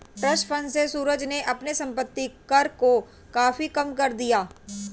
trust fund से सूरज ने अपने संपत्ति कर को काफी कम कर दिया